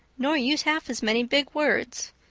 nor use half as many big words.